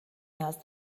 نیاز